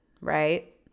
right